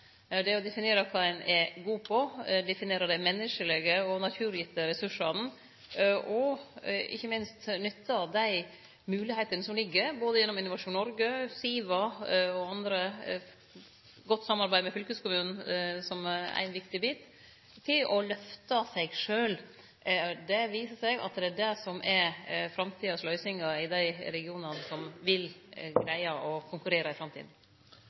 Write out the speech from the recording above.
kva ein er god på, definere dei menneskelege og naturgitte naturressursane, ikkje minst nytte dei moglegheitene som ligg gjennom Innovasjon Norge, SIVA og andre – eit godt samarbeid med fylkeskommunen er òg ein viktig bit – til å lyfte seg sjølv. Det har vist seg at det er det som er framtidas løysingar i dei regionane som skal greie å konkurrere i framtida.